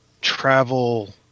travel –